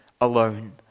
alone